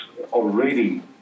already